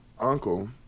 uncle